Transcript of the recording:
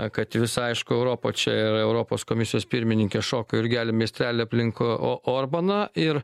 kad visa aišku europa čia ir europos komisijos pirmininkė šokajurgelį meistrelį aplink o orbaną ir